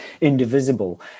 indivisible